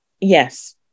Yes